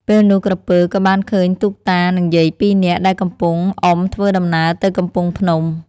ពេលនោះក្រពើ ក៏បានឃើញទូកតានឹងយាយពីរនាក់ ដែលកំពុងអុំធ្វើដំណើរទៅកំពង់ភ្នំ។